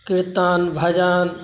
कीर्तन भजन